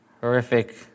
horrific